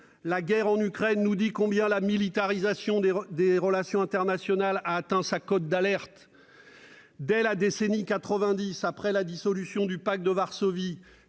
La guerre en Ukraine nous dit combien la militarisation des relations internationales a atteint sa cote d'alerte. Dès la décennie 1990, après la dissolution du Pacte de Varsovie,